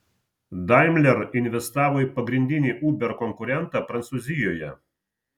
daimler investavo į pagrindinį uber konkurentą prancūzijoje